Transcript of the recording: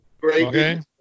Great